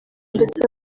ndetse